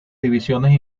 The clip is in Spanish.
divisiones